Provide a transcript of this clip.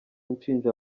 nshinja